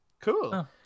Cool